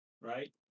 right